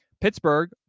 Pittsburgh